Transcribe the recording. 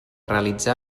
realitzar